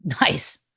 Nice